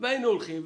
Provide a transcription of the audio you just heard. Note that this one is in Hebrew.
והיינו הולכים.